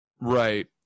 right